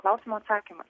klausimo atsakymas